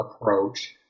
approach